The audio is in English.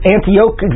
Antioch